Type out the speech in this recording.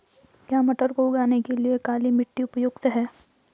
क्या मटर को उगाने के लिए काली मिट्टी उपयुक्त है?